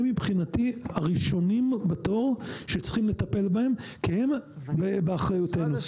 הם מבחינתי הראשונים בתור שצריכים לטפל בהם כי הם באחריותנו.